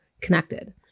connected